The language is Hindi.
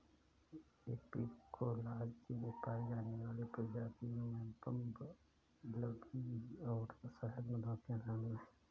एपिकोलॉजी में पाई जाने वाली प्रजातियों में बंबलबी और शहद मधुमक्खियां शामिल हैं